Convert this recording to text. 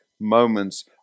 moments